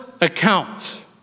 account